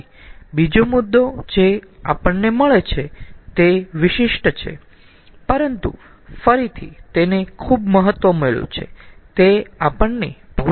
પછી બીજા મુદ્દા જે આપણને મળે છે તે વિશિષ્ટ છે પરંતુ ફરીથી તેને ખુબ મહત્વ મળ્યુ છે